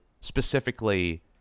specifically